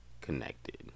connected